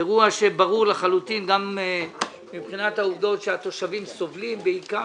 אירוע שברור לחלוטין גם מבחינת העובדות שהתושבים סובלים בעיקר